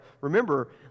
remember